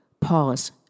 pause